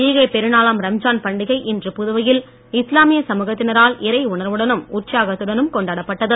ஈகை பெருநாளாம் ரம்ஜான் பண்டிகை இன்று புதுவையில் இஸ்லாமிய சமுகத்தினரால் இறை உற்சாகத்துடனும் கொண்டாடப்பட்டது